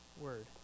word